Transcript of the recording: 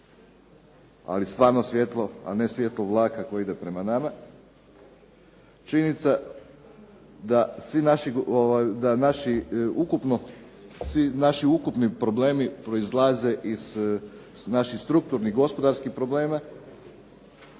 ali stvarno svjetlo a ne svjetlo vlaka koji ide prema nama. Činjenica je da svi naši ukupni problemi proizlaze iz naših strukturnih gospodarskih problema.